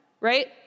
right